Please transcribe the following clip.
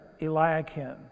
Eliakim